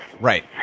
Right